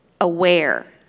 aware